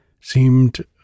seemed